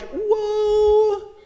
whoa